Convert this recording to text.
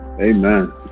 Amen